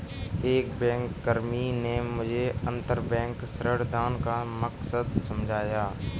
एक बैंककर्मी ने मुझे अंतरबैंक ऋणदान का मकसद समझाया